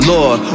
Lord